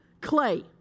clay